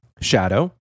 Shadow